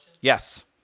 Yes